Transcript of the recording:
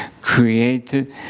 created